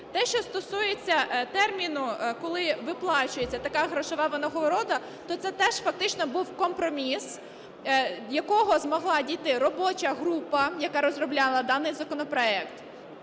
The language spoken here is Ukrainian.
Те, що стосується терміну, коли виплачується така грошова винагорода, то це теж фактично був компроміс, якого змогла дійти робоча група, яка розробляла даний законопроект.